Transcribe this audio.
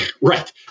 right